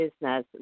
business